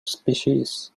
species